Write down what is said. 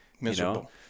Miserable